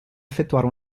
effettuare